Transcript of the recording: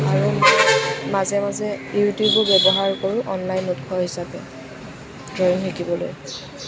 আৰু মাজে মাজে ইউটিউবো ব্যৱহাৰ কৰোঁ অনলাইন উৎস হিচাপে ড্ৰৱিং শিকিবলৈ